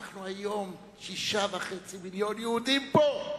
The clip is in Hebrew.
אנחנו היום 6.5 מיליוני יהודים פה,